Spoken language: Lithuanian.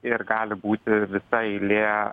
ir gali būti visa eilė